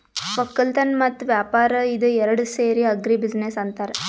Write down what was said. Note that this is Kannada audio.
ವಕ್ಕಲತನ್ ಮತ್ತ್ ವ್ಯಾಪಾರ್ ಇದ ಏರಡ್ ಸೇರಿ ಆಗ್ರಿ ಬಿಜಿನೆಸ್ ಅಂತಾರ್